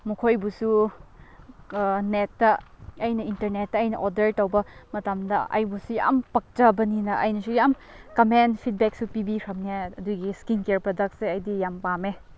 ꯃꯈꯣꯏꯕꯨꯁꯨ ꯅꯦꯠꯇ ꯑꯩꯅ ꯏꯟꯇꯔꯅꯦꯠꯇ ꯑꯩꯅ ꯑꯣꯗꯔ ꯇꯧꯕ ꯃꯇꯝꯗ ꯑꯩꯕꯨꯁꯨ ꯌꯥꯝ ꯄꯛꯆꯕꯅꯤꯅ ꯑꯩꯅꯁꯨ ꯌꯥꯝ ꯀꯃꯦꯟ ꯐꯤꯠꯕꯦꯛꯁꯨ ꯄꯤꯕꯤꯈ꯭ꯔꯕꯅꯦ ꯑꯗꯨꯒꯤ ꯁ꯭ꯀꯤꯟ ꯀꯦꯌꯥꯔ ꯄ꯭ꯔꯗꯛꯁꯦ ꯑꯩꯗꯤ ꯌꯥꯝ ꯄꯥꯝꯃꯦ